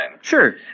Sure